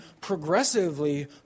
progressively